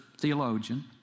theologian